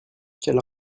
quelle